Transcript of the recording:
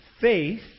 faith